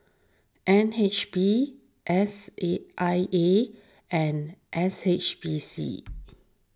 N H B S E I A and S H B C